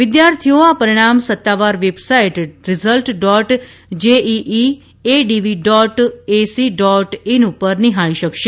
વિદ્યાર્થીઓ આ પરિણામ સત્તાવાર website result dot JEEADV dot AC dot in પર નિહાળી શકાશે